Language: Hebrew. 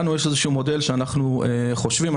לנו יש מודל שאנחנו חושבים עליו,